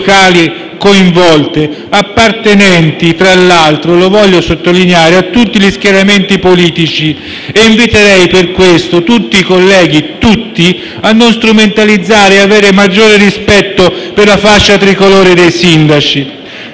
locali coinvolte, appartenenti, tra l'altro - lo voglio sottolineare - a tutti gli schieramenti politici. Inviterei, pertanto, tutti i colleghi a non strumentalizzare e ad avere maggiore rispetto per la fascia tricolore dei sindaci.